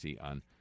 on